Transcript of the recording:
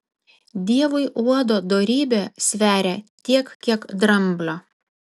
dievui uodo dorybė sveria tiek kiek dramblio